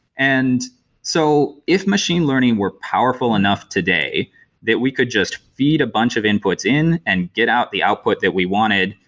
and so if machine learning were powerful enough today that we could just feed a bunch of inputs in and get out the output that we wanted,